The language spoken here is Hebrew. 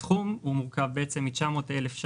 הסכום מורכב מ-900 מיליון ₪